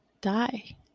Die